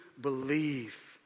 believe